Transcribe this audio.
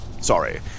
Sorry